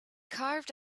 carved